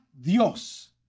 Dios